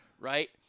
right